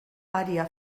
aria